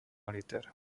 liter